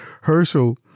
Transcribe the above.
Herschel